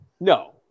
No